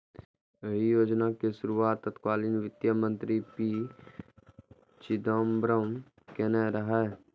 एहि योजनाक शुरुआत तत्कालीन वित्त मंत्री पी चिदंबरम केने रहै